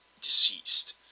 deceased